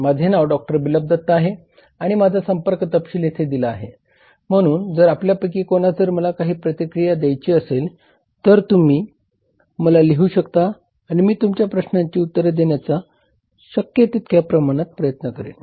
माझे नाव डॉ बिप्लब दत्ता आहे आणि माझा संपर्क तपशील येथे दिला आहे म्हणून जर आपल्यापैकी कोणास जर मला काही प्रतिक्रिया दयायची असेल तर तुमही मला लिहू शकता आणि मी तुमच्या प्रश्नांची उत्तरे देण्याचा शक्य तितक्या प्रमाणात प्रयत्न करेन